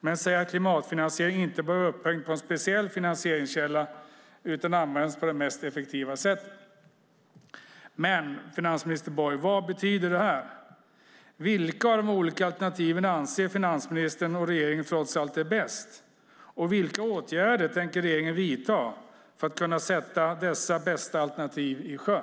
Men han säger att klimatfinansiering inte bör vara upphängd på en speciell finansieringskälla utan ske på det mest effektiva sättet. Men, finansminister Borg, vad betyder det? Vilka av de olika alternativen anser finansministern och regeringen trots allt är bäst? Och vilka åtgärder tänker regeringen vidta för att kunna sätta dessa bästa alternativ i sjön?